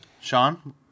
Sean